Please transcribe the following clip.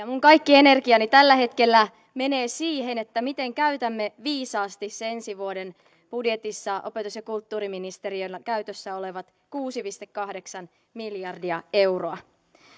minun kaikki energiani tällä hetkellä menee siihen miten käytämme viisaasti ensi vuoden budjetissa opetus ja kulttuuriministe riöllä käytössä olevat kuusi pilkku kahdeksan miljardia euroa